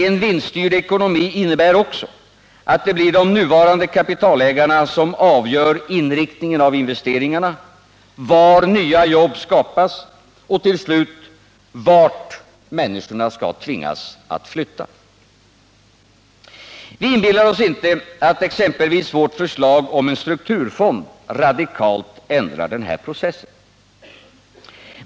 En vinststyrd ekonomi innebär också att det blir de nuvarande kapitalägarna som avgör inriktningen av investeringarna, var nya jobb skapas och, till slut, vart människorna skall tvingas flytta. Vi inbillar oss inte att exempelvis vårt förslag om en strukturfond radikalt ändrar den här processen.